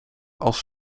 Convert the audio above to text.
als